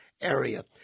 area